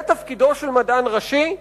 זה תפקידו של מדען ראשי?